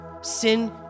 sin